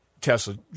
Tesla